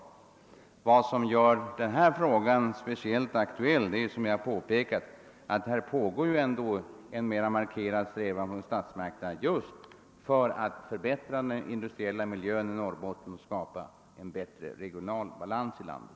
En sak som gör den här frågan speciellt aktuell är att, som jag redan har påpekat, statsmakterna mera markerat strävar efter att förbättra den industriella miljön i Norrbotten och skapa en bättre regional balans i landet.